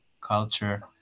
culture